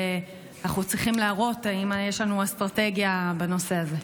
ואנחנו צריכים להראות אם יש לנו אסטרטגיה בנושא הזה.